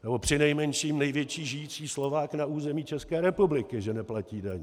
Nebo přinejmenším největší žijící Slovák na území České republiky že neplatí daně.